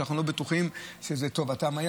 ואנחנו לא בטוחים שזה היה בטובתם.